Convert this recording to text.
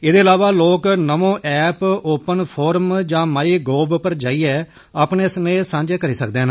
एहदे अलावा लोक नमो ऐप ओपन फोरम यां माई गोव पर जाइयै अपने स्नेह सांझे करी सकदे न